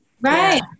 Right